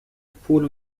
pull